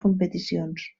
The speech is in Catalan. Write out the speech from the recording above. competicions